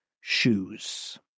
shoes